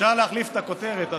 אדוני,